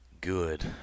good